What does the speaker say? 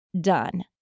done